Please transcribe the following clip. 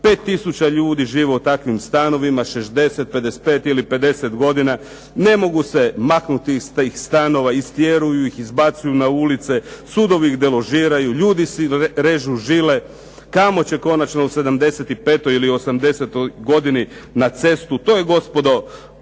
5000 ljudi žive u takvim stanovima, 60, 55, ili 50 godina ne mogu se maknuti iz stanova, tjeraju ih izbacuju na ulice, sudovi ih deložiraju sudovi si režu žile, kamo će konačno u 75 ili 80 godini na cestu, to je gospodo